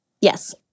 Yes